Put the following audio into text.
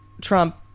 Trump